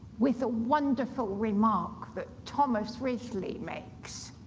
with a wonderful remark that thomas wriothesley makes